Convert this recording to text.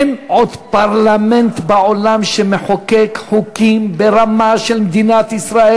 אין עוד פרלמנט בעולם שמחוקק חוקים ברמה של מדינת ישראל.